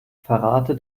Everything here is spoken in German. verrate